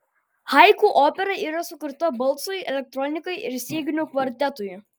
haiku opera yra sukurta balsui elektronikai ir styginių kvartetui